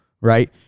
Right